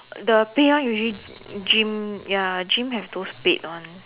the pay one usually gym ya gym have those paid ones